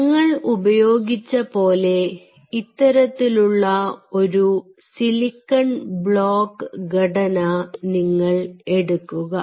ഞങ്ങൾ ഉപയോഗിച്ച പോലെ ഇത്തരത്തിലുള്ള ഒരു സിലിക്കൺ ബ്ലോക്ക് ഘടന നിങ്ങൾ എടുക്കുക